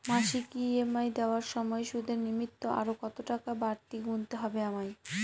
মাসিক ই.এম.আই দেওয়ার সময়ে সুদের নিমিত্ত আরো কতটাকা বাড়তি গুণতে হবে আমায়?